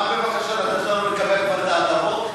אתה מוכן לאפשר, לקבל את ההטבות?